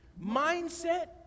mindset